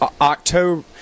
october